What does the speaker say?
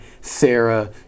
Sarah